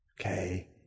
okay